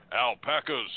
Alpacas